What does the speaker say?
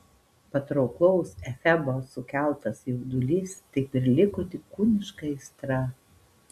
patrauklaus efebo sukeltas jaudulys taip ir liko tik kūniška aistra